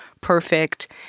perfect